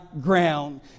ground